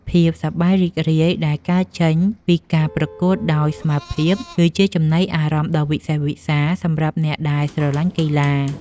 ភាពសប្បាយរីករាយដែលកើតចេញពីការប្រកួតដោយស្មើភាព គឺជាចំណីអារម្មណ៍ដ៏វិសេសវិសាលសម្រាប់អ្នកដែលស្រឡាញ់កីឡា។